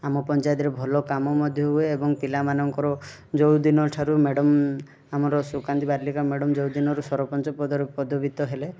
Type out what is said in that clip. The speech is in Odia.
ଆମ ପଞ୍ଚାୟତରେ ଭଲ କାମ ମଧ୍ୟ ହୁଏ ଏବଂ ପିଲାମାନଙ୍କର ଯେଉଁ ଦିନ ଠାରୁ ମ୍ୟାଡ଼ାମ୍ ଆମର ସୁକାନ୍ତି ବାର୍ଲିକା ମ୍ୟାଡ଼ାମ୍ ଯେଉଁ ଦିନରୁ ଆମର ସରପଞ୍ଚ ପଦରେ ପଦବିତ ହେଲେ